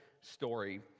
story